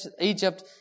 Egypt